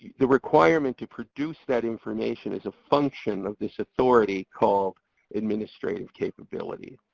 the requirement to produce that information is a function of this authority called administrative capability.